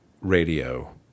radio